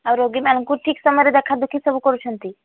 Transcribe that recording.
ଆଉ ରୋଗୀମାନଙ୍କୁ ଠିକ ସମୟରେ ଦେଖା ଦେଖି ସବୁ କରୁଛନ୍ତି